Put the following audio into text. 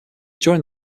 during